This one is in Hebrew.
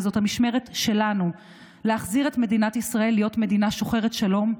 וזאת המשמרת שלנו להחזיר את מדינת ישראל להיות מדינה שוחרת שלום,